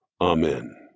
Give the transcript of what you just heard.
Amen